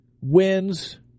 wins